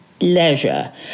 leisure